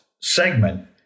segment